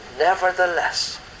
nevertheless